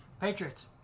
Patriots